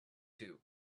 two